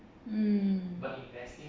mm